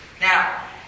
Now